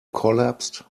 collapsed